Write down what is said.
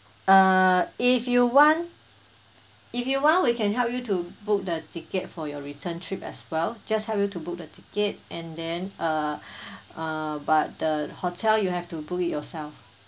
uh if you want if you want we can help you to book the ticket for your return trip as well just help you to book the ticket and then uh uh but the hotel you have to book it yourself